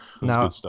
Now